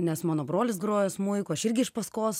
nes mano brolis grojo smuiku aš irgi iš paskos